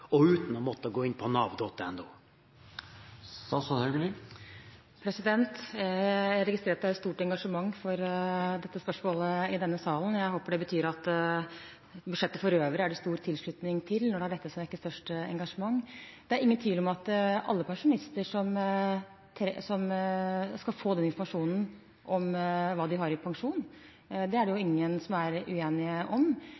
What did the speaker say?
og trygdeopplysningene sine på papir, uten protester fra Nav og uten å måtte gå inn på nav.no? Jeg registrerer et stort engasjement for dette spørsmålet i salen, og jeg håper det betyr at det er stor tilslutning til budsjettet for øvrig når det er dette som vekker størst engasjement. Det er ingen tvil om at alle pensjonister skal få informasjonen om hva de har i pensjon – det er det